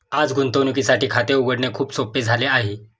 आज गुंतवणुकीसाठी खाते उघडणे खूप सोपे झाले आहे